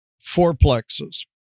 fourplexes